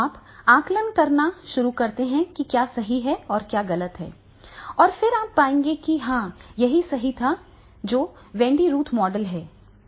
आप आकलन करना शुरू करते हैं कि क्या सही है और क्या गलत है और फिर आप पाएंगे कि हाँ यह सही था जो वेंडी रूथ मॉडल है